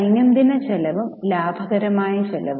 ദൈനംദിന ചെലവും ലാഭകരമായ ചെലവും